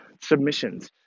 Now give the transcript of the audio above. submissions